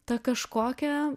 ta kažkokia